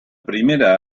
primera